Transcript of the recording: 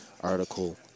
article